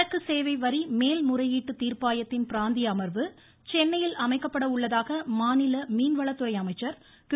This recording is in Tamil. சரக்கு சேவை வரி மேல் முறையீட்டு தீர்ப்பாயத்தின் பிராந்திய அமர்வு சென்னையில் அமைக்கப்பட உள்ளதாக மாநில மீன்வளத்துறை அமைச்சர் திரு